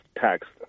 text